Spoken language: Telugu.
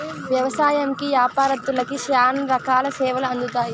వ్యవసాయంకి యాపారత్తులకి శ్యానా రకాల సేవలు అందుతాయి